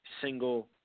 single